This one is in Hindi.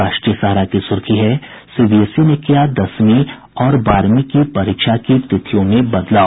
राष्ट्रीय सहारा की सुर्खी है सीबीएसई ने किया दसवीं और बारहवीं की परीक्षा की तिथियों में बदलाव